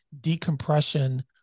decompression